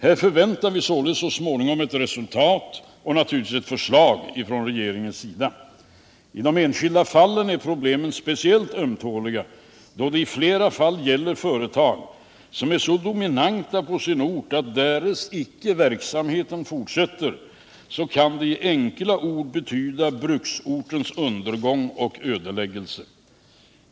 Här förväntar vi oss så småningom ett resultat och naturligtvis ett förslag från regeringens sida. I de enskilda fallen är problemen speciellt ömtåliga, då det ofta gäller företag som är så dominanta på sin ort att det därest verksamheten icke fortsätter enkelt uttryckt kan betyda bruksortens undergång och ödeläggelse.